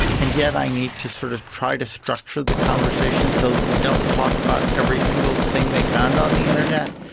and yet i need to sort of try to structure the conversation so we don't talk about every single thing they found on the internet,